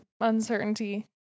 uncertainty